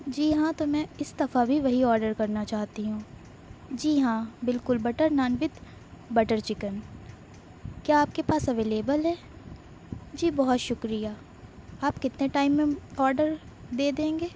جی ہاں تو اس دفع بھی وہی آرڈر کرنا چاہتی ہوں جی ہاں بالکل butter naan with butter chicken کیا آپ کے پاس اویلیبل ہے جی بہت شکریہ آپ کتنے ٹائم میں آرڈر دے دیں گے